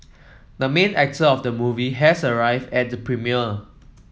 the main actor of the movie has arrived at the premiere